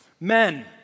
Men